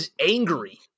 angry